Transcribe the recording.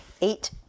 eight